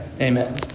amen